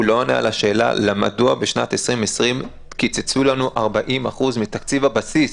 הוא לא עונה על השאלה מדוע בשנת 2020 קיצצנו לנו 40% מתקציב הבסיס,